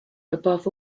above